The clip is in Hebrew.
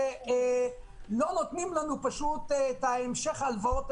אנשים נמצאים במשבר קשה.